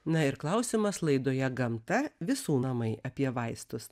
na ir klausimas laidoje gamta visų namai apie vaistus